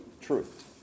truth